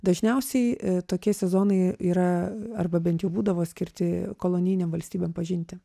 dažniausiai tokie sezonai yra arba bent jau būdavo skirti kolonijinėm valstybėm pažinti